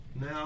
Now